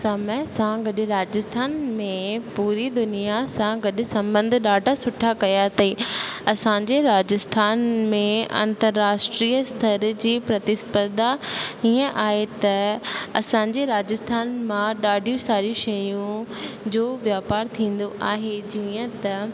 समय सां गॾु राजस्थान में पूरी दुनिया सां गॾु संबंध ॾाढा सुठा कयां अथईं असांजे राजस्थान में अंतराष्ट्रिय स्थर जी प्रतिस्पर्धा हीअं आहे त असांजे राजस्थान मां ॾाढियूं सारियूं शयूं जो वापार थींदो आहे जीअं त